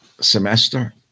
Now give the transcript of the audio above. semester